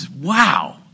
wow